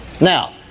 Now